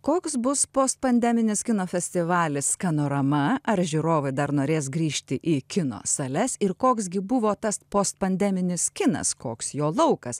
koks bus postpandeminis kino festivalis skanorama ar žiūrovai dar norės grįžti į kino sales ir koks gi buvo tas postpandeminis kinas koks jo laukas